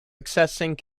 accessing